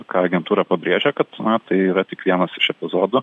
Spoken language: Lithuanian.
ką agentūra pabrėžia kad na tai yra tik vienas iš epizodų